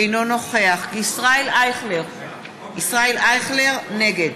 אינו נוכח ישראל אייכלר, נגד